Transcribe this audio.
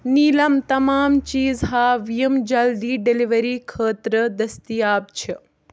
نیٖلم تمام چیٖز ہاو یِم جلدی ڈیلؤری خٲطرٕ دٔستِیاب چھِ